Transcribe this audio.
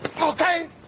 Okay